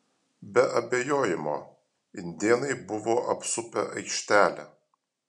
be abejojimo indėnai buvo apsupę aikštelę